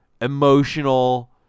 emotional